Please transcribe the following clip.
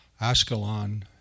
Ashkelon